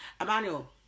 Emmanuel